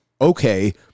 Okay